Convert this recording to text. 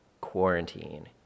quarantine